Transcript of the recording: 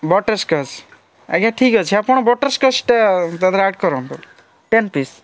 butterscotch ଆଜ୍ଞା ଠିକ୍ ଅଛି ଆପଣ ବଟରସ୍କଚ୍ଟା ତା ଧିଅରେ ଆଡ଼୍ କରନ୍ତୁ ଟେନ୍ ପିସ୍